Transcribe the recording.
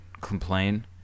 complain